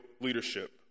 leadership